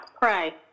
pray